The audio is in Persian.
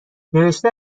نوشته